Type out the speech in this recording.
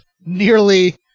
nearly